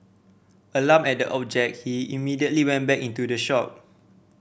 alarmed at the object he immediately went back into the shop